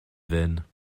veines